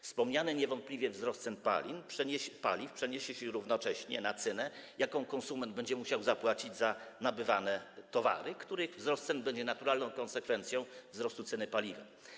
Wspomniany niewątpliwy wzrost cen paliw przeniesie się równocześnie na cenę, jaką konsument będzie musiał zapłacić za nabywane towary, gdyż wzrost cen będzie naturalną konsekwencją wzrostu ceny paliwa.